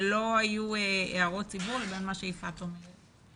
שלא היו הערות ציבור לבין מה שיפעת אומרת?